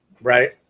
Right